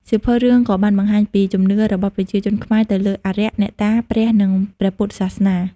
សៀវភៅរឿងក៏បានបង្ហាញពី ជំនឿ របស់ប្រជាជនខ្មែរទៅលើអារក្ស អ្នកតា ព្រះ និងព្រះពុទ្ធសាសនា។